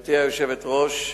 גברתי היושבת-ראש,